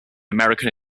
american